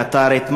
קטארית,